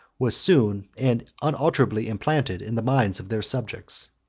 was soon and unalterably implanted in the minds of their subjects.